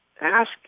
Ask